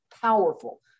powerful